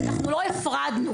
אנחנו לא הפרדנו.